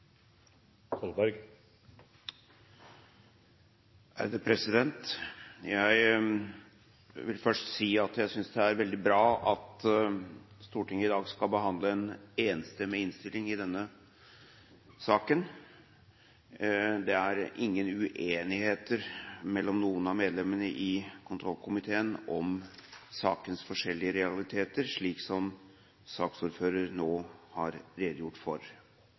veldig bra at Stortinget i dag skal behandle en enstemmig innstilling i denne saken. Det er ingen uenighet mellom noen av medlemmene i kontroll- og konstitusjonskomiteen om sakens forskjellige realiteter, slik som saksordføreren nå har redegjort for.